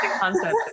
concept